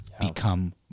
become